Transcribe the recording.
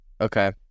okay